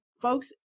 folks